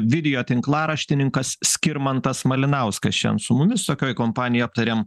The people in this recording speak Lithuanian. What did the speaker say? video tinklaraštininkas skirmantas malinauskas šiandien su mumis tokioj kompanijoj aptariam